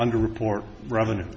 under report revenue